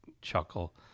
chuckle